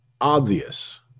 obvious